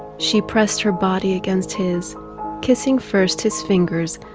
she pressed her body against his kissing, first his fingers,